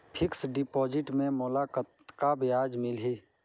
Fixed deposit मे मोला कतका ब्याज मिलही?